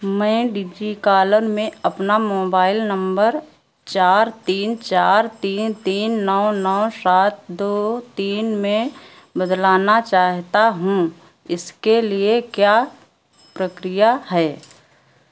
मैं डिजिकालर में अपना मोबाइल नम्बर चार तीन चार तीन तीन नौ नौ सात दो तीन में बदलना चाहता हूँ इसके लिए क्या प्रक्रिया है